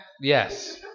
Yes